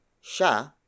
sha